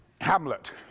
Hamlet